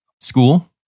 school